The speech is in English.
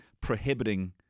prohibiting